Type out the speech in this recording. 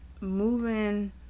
Moving